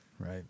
Right